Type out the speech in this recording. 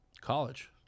College